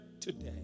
today